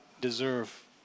deserve